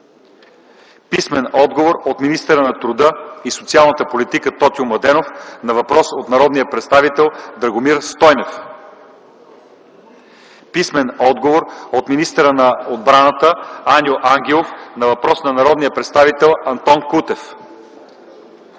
Стойнев; - от министъра на труда и социалната политика Тотю Младенов на въпрос от народния представител Драгомир Стойнев; - от министъра на отбраната Аню Ангелов на въпрос от народния представител Антон Кутев.